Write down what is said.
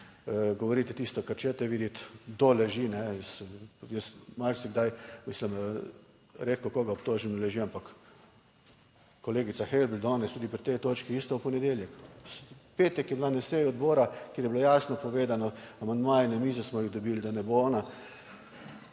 govorite tisto, kar hočete videti, kdo leži. Jaz marsikdaj, mislim, redko koga obtožim, leži, ampak kolegica Helbl danes tudi pri tej točki, isto v ponedeljek. V petek je bila na seji odbora, kjer je bilo jasno povedano, amandmaji, na mizo smo jih dobili, da ne bo ona